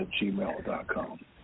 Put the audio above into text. gmail.com